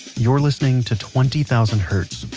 you're listening to twenty thousand hertz,